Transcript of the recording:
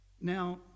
Now